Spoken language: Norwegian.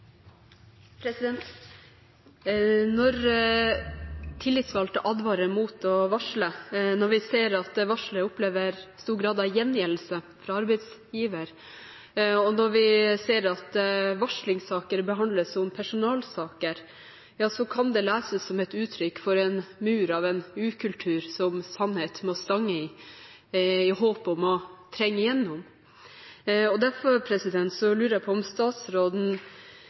Når tillitsvalgte advarer mot å varsle, når vi ser at varsler opplever stor grad av gjengjeldelse fra arbeidsgiver, og når vi ser at varslingssaker behandles som personalsaker, kan det leses som et uttrykk for en mur av en ukultur som sannhet må stange i, i håp om å trenge gjennom. Derfor lurer jeg på om statsråden